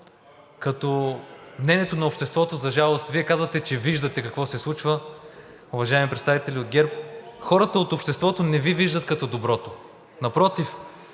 като мнението на обществото, за жалост, Вие казвате, че виждате какво се случва, уважаеми представители от ГЕРБ, хората от обществото не Ви виждат като доброто, напротив,